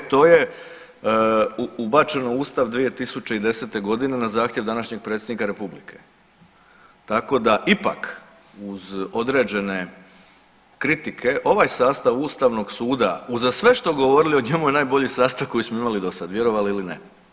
E a to je ubačeno u Ustav 2010. godine na zahtjev današnjeg predsjednika Republike, tako da ipak uz određene kritike ovaj sastav ustavnog suda uza sve što o njemu govorili o njemu je najbolji sastav koji smo imali do sad, vjerovali ili ne.